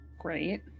Great